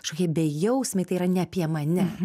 kažkokiai bejausmei tai yra ne apie mane